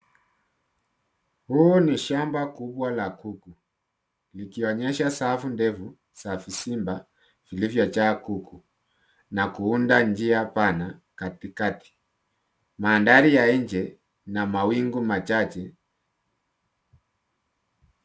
Huu ni shamba kubwa la kuku likionyesha safu ndefu za vizimba vilivyojaa kuku na kuunda njia pana katikati. Mandhari ya nje ina mawingu machache.